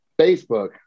Facebook